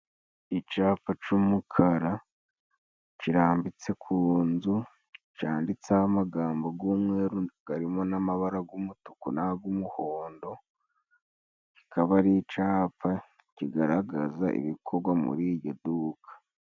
Icapa c'umukara cirambitse ku nzu, canditseho amagambo gw'umweru garimo n'amabara gw'umutuku n'ag'umuhondo, akaba ari icapa cigaragaza ibikogwa muri iyi duka.